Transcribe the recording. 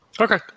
Okay